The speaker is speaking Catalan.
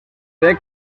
sec